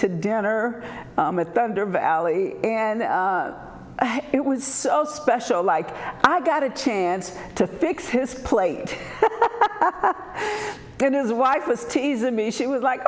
to dinner with thunder valley and it was so special like i got a chance to fix his plate and his wife was teasing me she was like